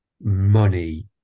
money